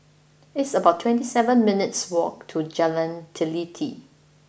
it's about twenty seven minutes' walk to Jalan Teliti